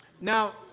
Now